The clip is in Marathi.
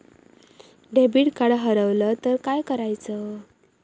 डेबिट कार्ड हरवल तर काय करायच?